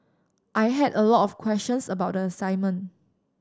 I had a lot of questions about the assignment